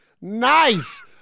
nice